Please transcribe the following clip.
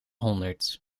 honderd